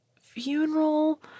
funeral